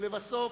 ולבסוף,